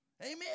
Amen